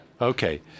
Okay